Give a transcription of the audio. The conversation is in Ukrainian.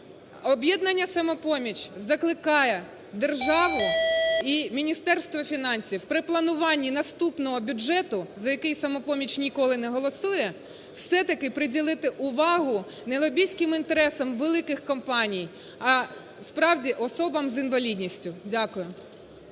"Об'єднання "Самопоміч" закликає державу і Міністерство фінансів при плануванні наступного бюджету, за який "Самопоміч" ніколи не голосує, все-таки приділити увагу не лобістським інтересам великих компаній, а справді особам з інвалідністю. Дякую.